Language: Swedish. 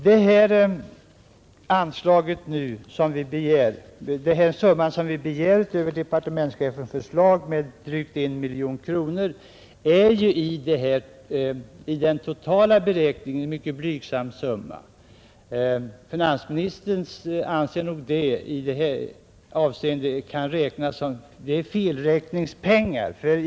Det anslagsbelopp som vi begär, drygt 1 miljon kronor utöver departementschefens förslag, är ju i den totala budgeten en mycket blygsam summa. Finansministern anser nog att det i detta avseende kan betraktas som felräkningspengar.